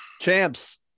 Champs